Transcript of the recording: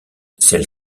celle